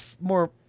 more